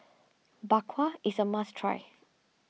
Bak Kwa is a must try